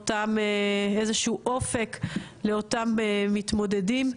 איזשהו אופק לאותם מתמודדים,